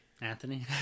Anthony